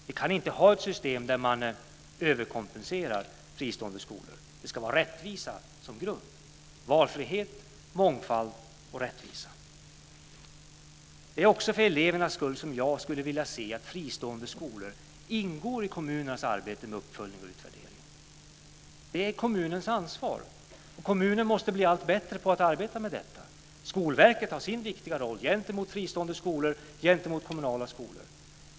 Vi kan inte ha ett system där fristående skolor överkompenseras. Rättvisan ska vara grund. Det ska vara valfrihet, mångfald och rättvisa. Det är också för elevernas skull som jag skulle vilja se att fristående skolor ingår i kommunernas arbete med uppföljning och utvärdering. Det är kommunernas ansvar. Kommunerna måste bli allt bättre på att arbeta med detta. Skolverket har sin viktiga roll gentemot fristående skolor och kommunala skolor.